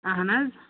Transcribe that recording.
اہَن حظ